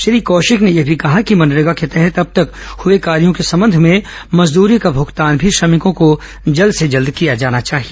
श्री कौशिक ने यह भी कहा है कि मनरेगा के तहत अब तक हुए कार्यों के संबंध में मजदूरी का भूगतान भी श्रमिकों को जल्द से जल्द किया जाना चाहिए